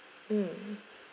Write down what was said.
mm